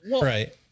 Right